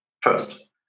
first